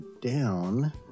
down